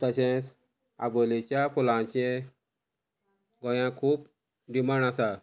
तशेंच आबोलेच्या फुलांचे गोंयाक खूब डिमांड आसा